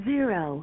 Zero